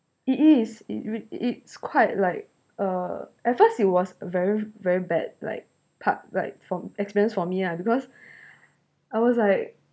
it is it re it's quite like err at first it was very very bad like park right from experience for me ah because I was like